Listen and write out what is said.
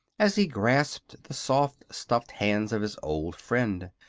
as he grasped the soft, stuffed hands of his old friend.